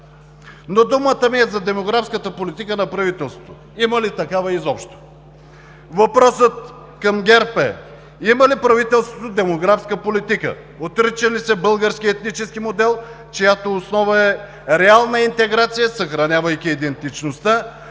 Но думата ми е за демографската политика на правителството – има ли такава изобщо? Въпросът към ГЕРБ е: има ли правителството демографска политика, отрича ли се българският етнически модел, чиято основа е реална интеграция, съхранявайки идентичността,